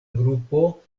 grupo